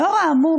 לאור האמור,